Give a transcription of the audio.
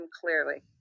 clearly